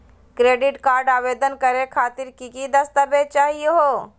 Credit card आवेदन करे खातिर की की दस्तावेज चाहीयो हो?